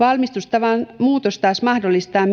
valmistustavan muutos mahdollistaa